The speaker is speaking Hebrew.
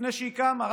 לפני שהיא קמה,